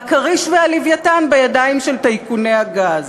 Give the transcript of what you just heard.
וה"כריש" וה"לווייתן" בידיים של טייקוני הגז.